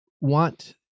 want